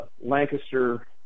Lancaster